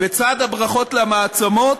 בצד הברכות למעצמות,